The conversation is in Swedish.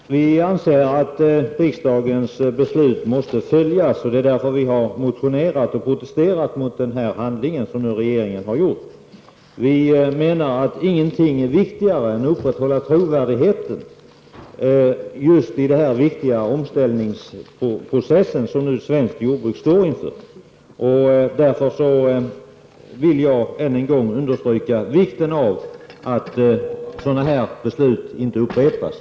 Herr talman! Vi anser att riksdagens beslut måste följas. Det är därför som vi har motionerat och protesterat mot regeringens handling. Vi menar att ingenting är viktigare än att upprätthålla trovärdigheten just i den viktiga omställningsprocess som svenskt jordbruk nu står inför. Därför vill jag än en gång understryka vikten av att sådana förslag inte upprepas.